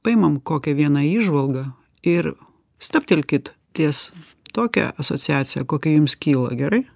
paimam kokią vieną įžvalgą ir stabtelkit ties tokia asociacija kokia jums kyla gerai